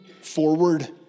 forward